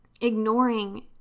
ignoring